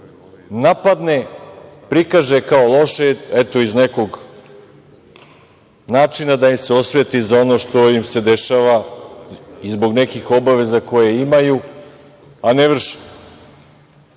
napadne, prikaže kao loše, eto iz nekog načina da im se osveti za ono što im se dešava i zbog nekih obaveza koje imaju, a ne vrše. Ali,